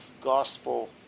gospel